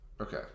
Okay